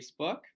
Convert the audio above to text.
Facebook